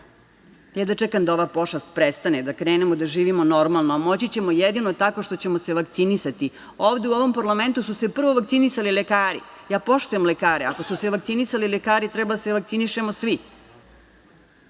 Jedva čekam da ova pošast prestane, da krenemo da živimo normalno, a moći ćemo jedino tako što ćemo se vakcinisati. Ovde u ovom parlamentu su se prvo vakcinisali lekari. Poštujem lekare, ako su se vakcinisali lekari, treba da se vakcinišemo